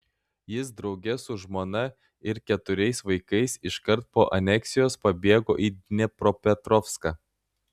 jis drauge su žmona ir keturiais vaikais iškart po aneksijos pabėgo į dniepropetrovską